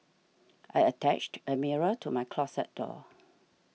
I attached a mirror to my closet door